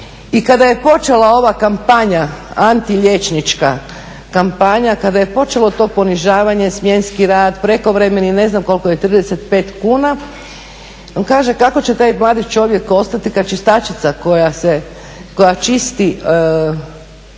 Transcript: i kada je počela ova kampanja, antiliječnička kampanja, kada je počelo to ponižavanje, smjenski rad, prekovremeni i ne znam koliko je 35 kuna, on kaže kako će taj mladi čovjek ostati kad čistačica koja čisti,